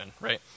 right